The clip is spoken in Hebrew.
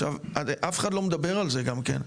עכשיו, אף אחד לא מדבר על זה, כן?